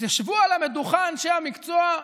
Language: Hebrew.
אז ישבו על המדוכה אנשי המקצוע,